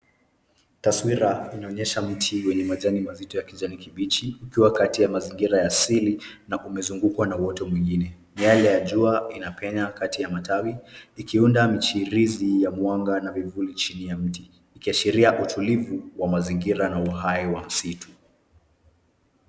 Taswira inaonyesha mti wenye majani mazito ya kijani kibichi ikiwa kati ya mazingira ya asili na kumezungukwa na uoto mwingine. Miale ya jua inapenya kati ya matawi ikiunda michirizi ya mwanga na vivuli chini ya miti ikiashiria utulivu wa mazingira na uhai wa msitu.